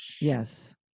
Yes